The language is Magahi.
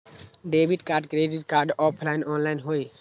Debit card credit card offline online होई?